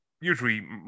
usually